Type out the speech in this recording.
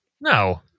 No